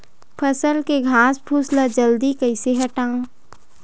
फसल के घासफुस ल जल्दी कइसे हटाव?